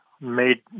made